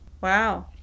Wow